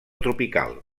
tropical